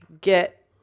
get